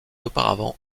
auparavant